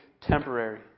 temporary